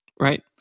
Right